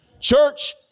Church